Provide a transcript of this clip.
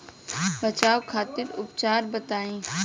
बचाव खातिर उपचार बताई?